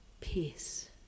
Peace